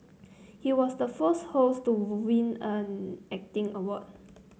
he was the first host to win an acting award